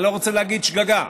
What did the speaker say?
אני לא רוצה להגיד "שגגה":